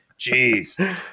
Jeez